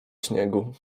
śniegu